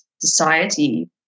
society